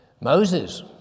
Moses